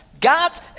God's